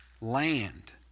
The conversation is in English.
land